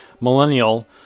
millennial